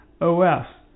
OS